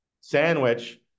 sandwich